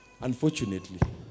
Unfortunately